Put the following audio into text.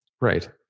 Right